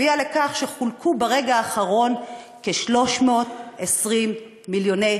הביאה לכך שחולקו ברגע האחרון כ-320 מיליוני